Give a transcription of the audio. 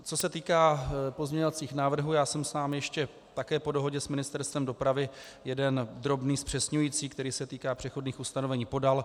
Co se týká pozměňovacích návrhů, já jsem sám ještě také po dohodě s Ministerstvem dopravy jeden drobný zpřesňující, který se týká přechodných ustanovení, podal.